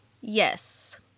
yes